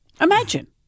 Imagine